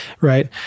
right